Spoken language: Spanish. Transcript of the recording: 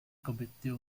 convirtió